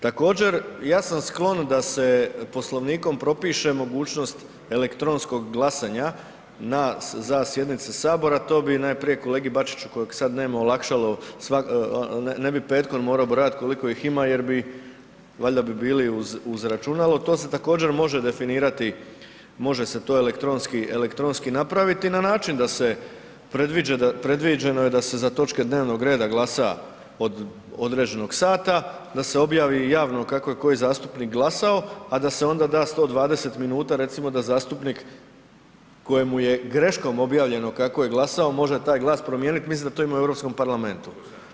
Također, ja sam sklon da se Poslovnikom propiše mogućnost elektronskog glasanja na, za sjednice Sabora, to bi najprije kolegi Bačiću kojeg sad nema olakšalo, ne bi petkom morao brojati koliko ih ima jer bi, valjda bi bili uz računalo, to se također, može definirati, može se to elektronski napraviti na način da se, predviđeno je da se za točke dnevnog reda glasa od određenog sata, da se objavi javno kako je koji zastupnik glasao, a da se onda da 120 minuta, recimo da zastupnik kojemu je greškom objavljeno kako je glasao, može taj glas promijeniti, mislim da to ima i u EU parlamentu.